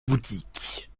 boutique